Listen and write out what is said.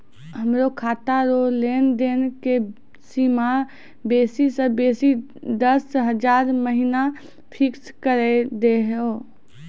हमरो खाता रो लेनदेन के सीमा बेसी से बेसी दस हजार महिना फिक्स करि दहो